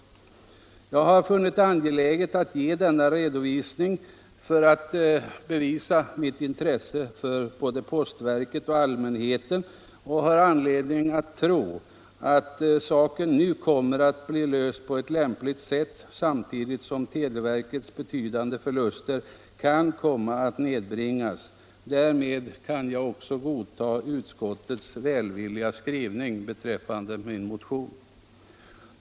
Jag har funnit det angeläget att ge denna redovisning för att bevisa min önskan att bevaka både postverkets och allmänhetens intressen. Jag har anledning att tro att frågan nu kommer att bli löst på ett lämpligt sätt samtidigt som televerkets betydande förluster kan nedbringas. Därför kan jag också godta utskottets välvilliga skrivning beträffande min motion.